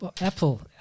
Apple